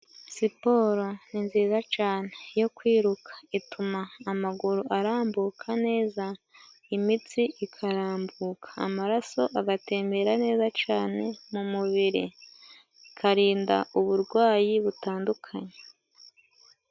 siporo ni nziza cane yo kwiruka ituma amaguru arambuka neza imitsi ikarambuka amaraso agatembera neza cane mu mubiri akarinda uburwayi butandukanye